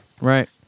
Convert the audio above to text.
Right